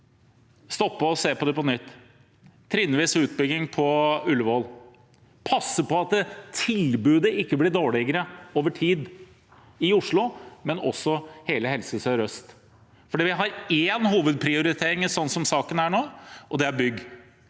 opp og se på dette på nytt – på trinnvis utbygging på Ullevål, passe på at tilbudet ikke blir dårligere over tid – i Oslo, men også i hele Helse Sør-Øst. For vi har én hovedprioritering slik saken er nå, og det er bygg.